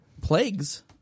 plagues